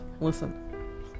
listen